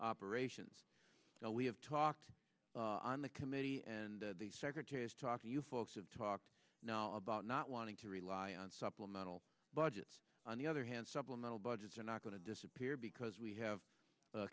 operations we have talked on the committee and the secretary is talk to you folks have talked now about not wanting to rely on supplemental budgets on the other hand supplemental budgets are not going to disappear because we have